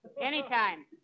Anytime